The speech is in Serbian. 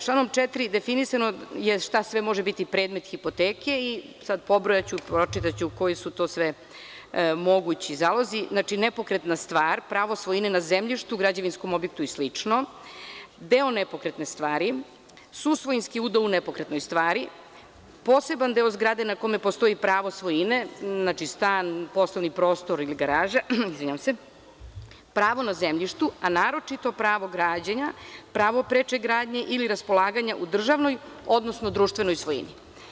Članom 4. je definisano šta sve može biti predmet hipoteke, pročitaću koji su tu sve mogući zalozi, dakle, nepokretna stvar, pravo svojine na zemljištu, građevinskom objektu i slično, deo nepokretne stvari, susvojinski udeo u nepokretnoj stvari, poseban deo zgrade na kome postoji pravo svojine, znači, stan, poslovni prostor ili garaža, pravo na zemljištu, a naročito pravo građenja, pravo preče gradnje ili raspolaganja u državnoj, odnosno društvenoj svojini.